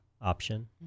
option